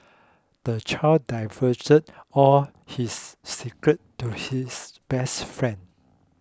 the child divulged all his secret to his best friend